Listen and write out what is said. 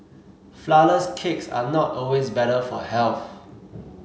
flourless cakes are not always better for health